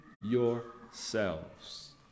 yourselves